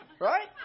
right